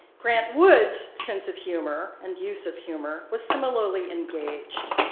grant wood's sense of humor and use of humor was similarly engaged.